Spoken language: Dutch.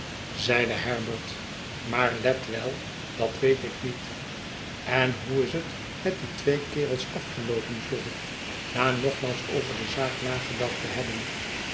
zeide herbert maar let wel dat weet ik met en hoe is het met die twee kerels afgeloopen vroeg ik na nogmaals over de zaak nagedacht te hebben